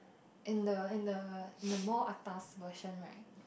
in the in the in the more atas version right